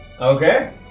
Okay